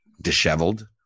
disheveled